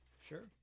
Sure